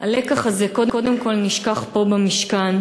הלקח הזה, קודם כול, נשכח פה במשכן.